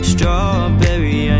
Strawberry